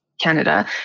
Canada